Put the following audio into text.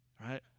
right